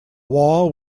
wall